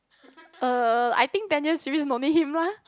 uh I think ten years series no need him lah